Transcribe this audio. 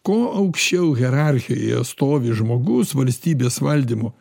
kuo aukščiau hierarchijoje stovi žmogus valstybės valdymo